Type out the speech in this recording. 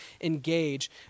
engage